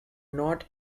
not